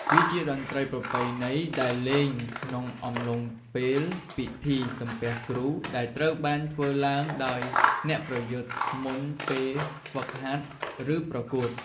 វាជាតន្ត្រីប្រពៃណីដែលលេងក្នុងអំឡុងពេលពិធី សំពះគ្រូ ដែលត្រូវបានធ្វើឡើងដោយអ្នកប្រយុទ្ធមុនពេលហ្វឹកហាត់ ឬប្រកួត។